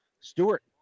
Stewart